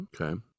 Okay